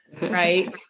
Right